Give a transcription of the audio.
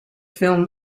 film